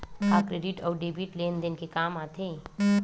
का क्रेडिट अउ डेबिट लेन देन के काम आथे?